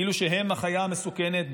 כאילו שהם החיה המסוכנת,